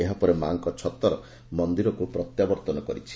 ଏହାପରେ ମା'ଙ୍ ଛତର୍ ମନ୍ଦିରକୁ ପ୍ରତ୍ୟାବର୍ଉନ କରିଛି